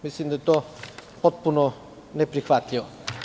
Mislim da je to potpuno neprihvatljivo.